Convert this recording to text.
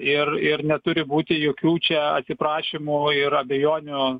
ir ir neturi būti jokių čia atsiprašymų ir abejonių